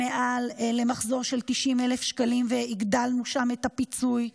מעל למחזור של 90,000 שקלים והגדלנו שם את הפיצוי.